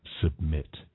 Submit